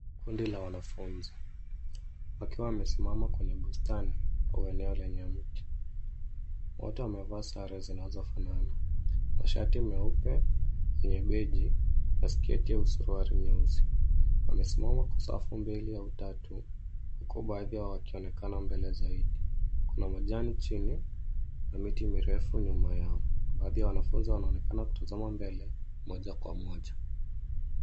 Kundi la wanafunzi wakiwa wamesimama kwenye bustani au eneo lenye miti. Wote wamevaa sare zinazofanana, mashati meupe yenye begi na sketi au suruali nyeusi. Wamesimama kwenye safu mbili au tatu, huku baadhi yao wakionekana mbele zaidi. Kuna majani chini na miti mirefu nyuma yao. Baadhi ya wanafunzi wanaonekana kutazama mbele moja kwa moja.